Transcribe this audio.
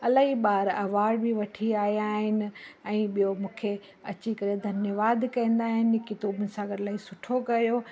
इलाही ॿार अवाड बि वठी आया आहिनि ऐं ॿियो मूंखे अची करे धन्यवाद कंदा आहिनि कि तूं मूं सां इलाही सुठो कयो